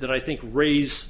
that i think raise